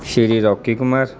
Shri Rocky Kumar